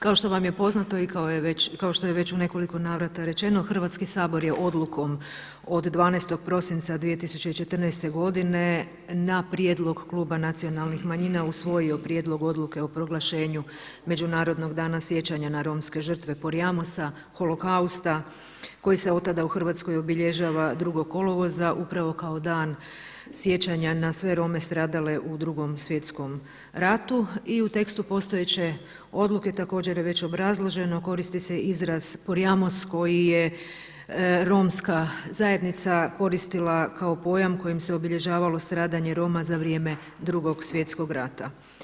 Kao što vam je poznato i kao što je već u nekoliko navrata rečeno Hrvatski sabor je odlukom od 12. prosinca 2014. godine na prijedlog kluba nacionalnih manjina usvojio Prijedlog odluke o proglašenju Međunarodnog dana sjećanja na romske žrtve Porajmosa, Holokausta koji se od tada u Hrvatskoj obilježava 2. kolovoza upravo kao dan sjećanja na sve Rome stradale u Drugom svjetskom ratu i u tekstu postojeće odluke također je već obrazloženo koristi se izraz Porajmos koji je romska zajednica koristila kao pojam kojim se obilježavalo stradanje Roma za vrijeme Drugog svjetskog rata.